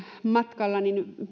matkalla